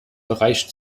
bereich